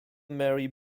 mary